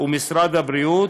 ומשרד הבריאות,